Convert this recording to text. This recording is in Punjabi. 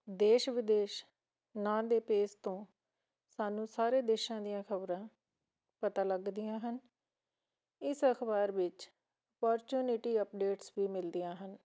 ਦੇਸ਼ ਵਿਦੇਸ਼ ਨਾਂ ਦੇ ਪੇਜ਼ ਤੋਂ ਸਾਨੂੰ ਸਾਰੇ ਦੇਸ਼ਾਂ ਦੀਆਂ ਖਬਰਾਂ ਪਤਾ ਲੱਗਦੀਆਂ ਹਨ ਇਸ ਅਖਬਾਰ ਵਿੱਚ ਵਰਚੁਨਿਟੀ ਅਪਡੇਟਸ ਵੀ ਮਿਲਦੀਆਂ ਹਨ